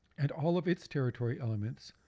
and all of its territory elements,